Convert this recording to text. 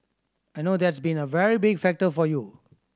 I know that's been a very big factor for you